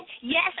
yes